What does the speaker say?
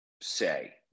say